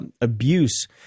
abuse